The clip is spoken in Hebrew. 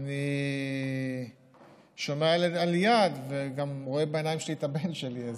אני שומע על איאד ורואה בעיניים שלי את הבן שלי.